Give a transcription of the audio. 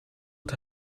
het